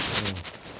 mm